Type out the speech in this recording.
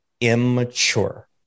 immature